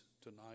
tonight